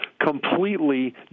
completely